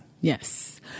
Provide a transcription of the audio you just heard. Yes